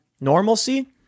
Normalcy